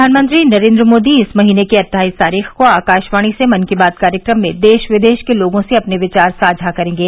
प्रधानमंत्री नरेन्द्र मोदी इस महीने की अट्ठाईस तारीख को आकाशवाणी से मन की बात कार्यक्रम में देश विदेश के लोगों से अपने विचार साझा करेंगे